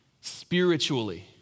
spiritually